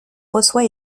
reçoit